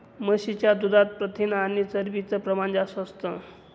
म्हशीच्या दुधात प्रथिन आणि चरबीच प्रमाण जास्त असतं